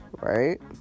right